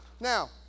Now